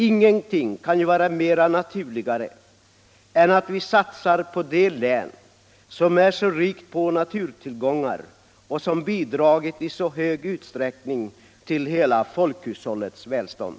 Ingenting kan ju vara mera naturligt än att satsa på det län som är så rikt på naturtillgångar och som bidragit i så hög utsträckning till hela folkhushållets välstånd.